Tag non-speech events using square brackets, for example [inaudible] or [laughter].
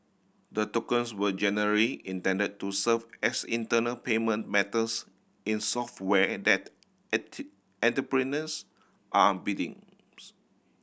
the tokens were general intended to serve as internal payment methods in software that [unintelligible] entrepreneurs are bidding [unintelligible]